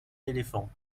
éléphants